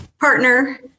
partner